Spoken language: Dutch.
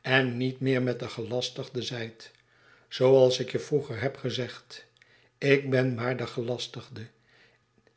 en niet meer met den gelastigde zijt zooals ik je vroeger heb gezegd ik ben maar de gelastigde